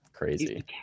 Crazy